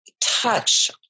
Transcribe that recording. touch